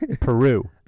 Peru